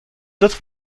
autres